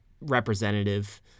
representative